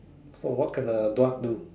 so what can a dwarf do